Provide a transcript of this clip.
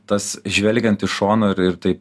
tas žvelgiant iš šono ir ir tai